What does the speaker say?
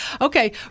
Okay